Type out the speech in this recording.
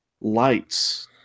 lights